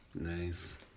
Nice